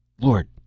Lord